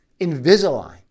Invisalign